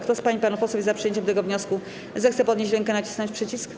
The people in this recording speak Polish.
Kto z pań i panów posłów jest za przyjęciem tego wniosku, zechce podnieść rękę i nacisnąć przycisk.